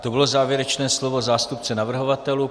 To bylo závěrečné slovo zástupce navrhovatelů.